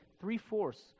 three-fourths